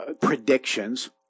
predictions